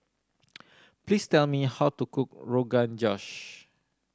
please tell me how to cook Rogan Josh